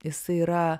jisai yra